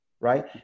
right